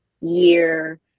year